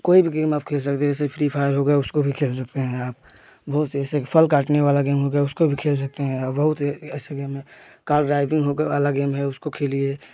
कोई भी गेम आप खेल सकते हैं जैसे फ्री फायर हो गया उसको भी खेल सकते हैं आप बहुत से ऐसे फल काटने वाला गेम हो गया उसको भी खेल सकते हैं अब बहुत से गेम है कार ड्राइविंग वाला गेम है उसको खेलिए